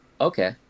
Okay